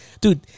Dude